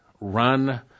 run